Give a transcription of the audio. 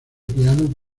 piano